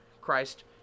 Christ